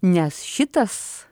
nes šitas